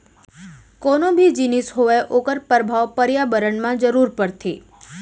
कोनो भी जिनिस होवय ओखर परभाव परयाबरन म जरूर परथे